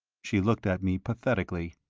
she looked at me pathetically.